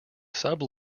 sub